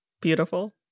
Beautiful